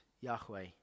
Yahweh